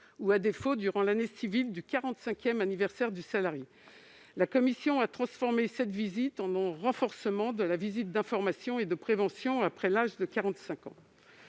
ou, à défaut, durant l'année civile du quarante-cinquième anniversaire du salarié. La commission a transformé cette visite en un renforcement de la visite d'information et de prévention après l'âge de 45 ans.